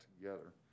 together